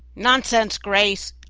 nonsense, grace,